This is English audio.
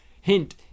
Hint